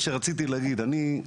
מה שרציתי להגיד, אני,